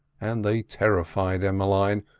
and they terrified emmeline,